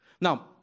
Now